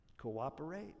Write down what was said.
cooperate